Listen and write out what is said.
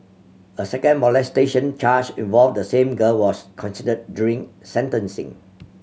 a second molestation charge involve the same girl was considered during sentencing